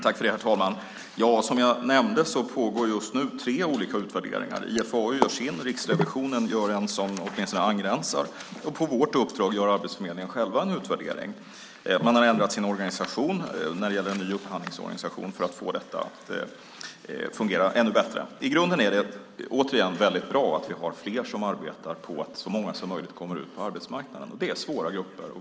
Herr talman! Som jag nämnde pågår just nu tre olika utvärderingar. IFAU gör sin, Riksrevisionen gör en som åtminstone angränsar och på vårt uppdrag gör Arbetsförmedlingen själv en utvärdering. Man har ändrat sin organisation när det gäller en upphandlingsorganisation för att få detta att fungera ännu bättre. I grunden är det återigen väldigt bra att vi har fler som arbetar på att så många som möjligt kommer ut på arbetsmarknaden. Det är svåra grupper.